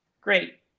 great